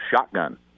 shotgun